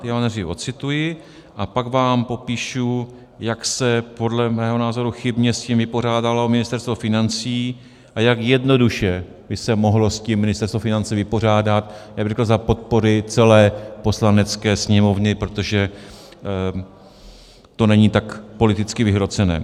Já vám je nejdřív ocituji a pak vám popíšu, jak se podle mého názoru chybně s tím vypořádalo Ministerstvo financí a jak jednoduše by se s tím mohlo Ministerstvo financí vypořádat, já bych řekl za podpory celé Poslanecké sněmovny, protože to není tak politicky vyhrocené.